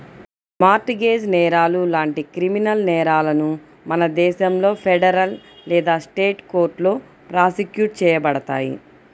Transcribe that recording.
mart gauge నేరాలు లాంటి criminal నేరాలను మన దేశంలో ఫెడరల్ లేదా స్టేట్ కోర్టులో ప్రాసిక్యూట్ చేయబడతాయి